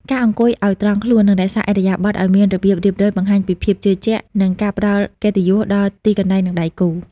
ការអង្គុយឱ្យត្រង់ខ្លួន និងរក្សាឥរិយាបថឱ្យមានរបៀបរៀបរយ បង្ហាញពីភាពជឿជាក់ និងការផ្ដល់កិត្តិយសដល់ទីកន្លែង និងដៃគូ។